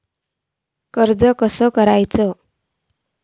कर्ज कसा करूचा?